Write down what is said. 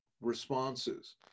responses